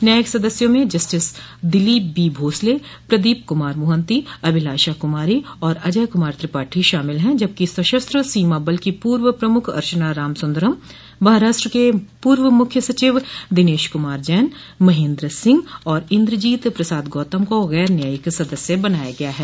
न्यायिक सदस्यों में जस्टिस दिलीप बीभोसले प्रदीप कुमार मोहंती अभिलाषा कुमारी और अजय कुमार त्रिपाठी शामिल हैं जबकि सशस्त्र सीमा बल की पूर्व प्रमुख अर्चना रामसुन्दरम् महाराष्ट्र के पूर्व मुख्य सचिव दिनेश कुमार जैन महेन्द्र सिंह और इन्द्रजीत प्रसाद गौतम को गैर न्यायिक सदस्य बनाया गया है